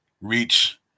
reach